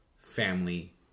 family